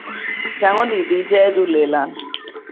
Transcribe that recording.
चङो दीदी जय झूलेलाल